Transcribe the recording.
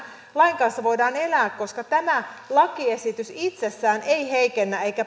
lain kanssa voidaan elää koska tämä lakiesitys itsessään ei heikennä eikä